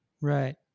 right